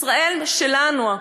ישראל שלנו,